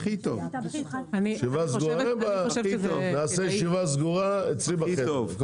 אין בעיה, נעשה ישיבה סגורה אצלי בחדר.